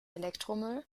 elektromüll